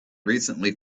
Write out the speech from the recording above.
recently